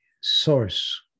source